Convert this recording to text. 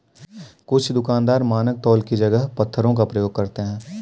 कुछ दुकानदार मानक तौल की जगह पत्थरों का प्रयोग करते हैं